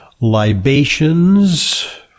libations